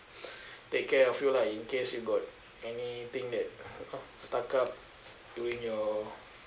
take care of you lah in case you got anything that stuck up during your